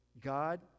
God